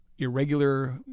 irregular